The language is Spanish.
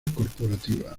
corporativa